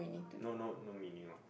no no no meaning orh